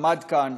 עמד כאן,